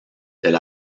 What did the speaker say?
del